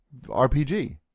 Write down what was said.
RPG